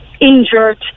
injured